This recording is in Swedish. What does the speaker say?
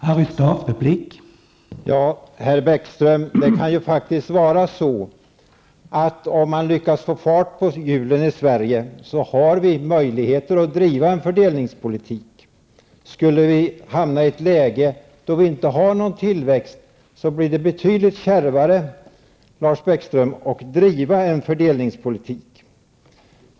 Herr talman! Herr Bäckström, det kan faktiskt vara så att om man lyckas få fart på hjulen i Sverige har vi möjligheter att driva en fördelningspolitik. Om vi skulle hamna i ett läge där vi inte har någon tillväxt blir det betydligt kärvare, Lars Bäckström, att driva en fördelningspolitik.